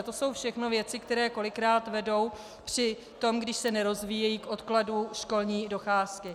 To jsou všechno věci, které kolikrát vedou při tom, když se nerozvíjejí, k odkladu školní docházky.